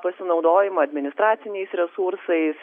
pasinaudojimą administraciniais resursais